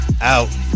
out